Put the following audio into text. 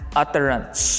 utterance